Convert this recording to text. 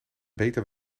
beter